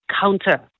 counter